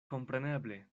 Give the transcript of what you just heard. kompreneble